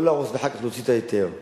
לא להרוס ואחר כך להוציא את ההיתר,